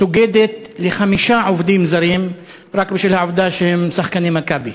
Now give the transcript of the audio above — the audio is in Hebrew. סוגדת לחמישה עובדים זרים רק בשל העובדה שהם שחקני "מכבי"?